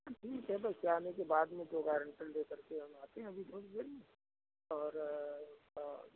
तो ठीक है बस आने के बाद में दो गारन्टर लेकर के हम आते हैं अभी थोड़ी देर में और